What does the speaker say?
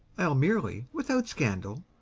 i'll merely, without scandal,